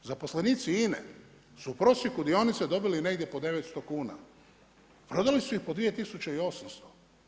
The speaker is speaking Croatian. Zaposlenici INA-e su u prosjeku dionice dobili negdje po 900 kuna, prodali su i po 2800.